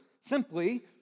simply